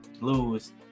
lose